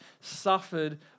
suffered